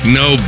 no